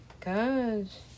cause